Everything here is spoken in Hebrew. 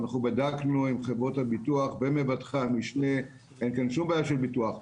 אנחנו בדקנו עם חברות הביטוח ומבטחי המשנה ואין כאן שום בעיה של ביטוח.